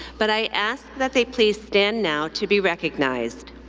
but i ask that they please stand now to be recognized.